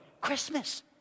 Christmas